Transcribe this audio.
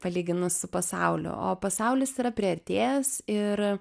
palyginus su pasauliu o pasaulis yra priartėjęs ir